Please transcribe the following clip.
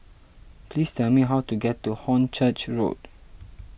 please tell me how to get to Hornchurch Road